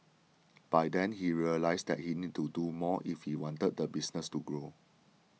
by then he realised that he need to do more if he wanted the business to grow